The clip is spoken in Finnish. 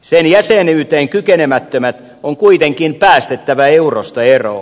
sen jäsenyyteen kykenemättömät on kuitenkin päästettävä eurosta eroon